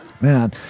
man